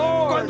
Lord